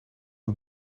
het